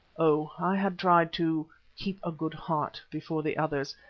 oh! i had tried to keep a good heart before the others,